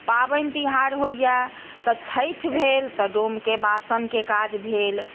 पाबनि तिहार होइए तऽ छठि भेल तऽ डोमके बासनके काज भेल